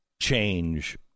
change